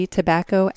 Tobacco